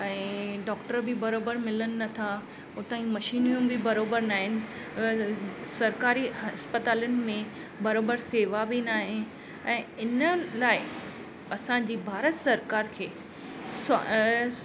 ऐं डॉक्टर बि बराबरि मिलनि नथा उतां जी मशीनियूं बि बराबरि ना आहिनि सरकारी हस्पतालुनि में बराबरि सेवा बि न आहे ऐं इन्हनि लाइ असांजी भारत सरकारु खे स्वा अ